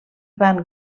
van